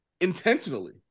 intentionally